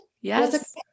Yes